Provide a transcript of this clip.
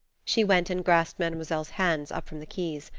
she went and grasped mademoiselle's hands up from the keys.